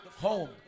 home